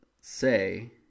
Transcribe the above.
say